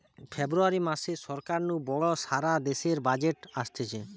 ফেব্রুয়ারী মাসে সরকার নু বড় সারা দেশের বাজেট অসতিছে